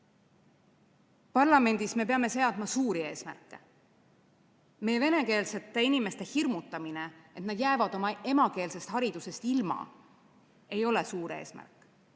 Parlamendis me peame seadma suuri eesmärke. Meie venekeelsete inimeste hirmutamine sellega, et nad jäävad oma emakeelsest haridusest ilma, ei ole suur eesmärk.